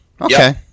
Okay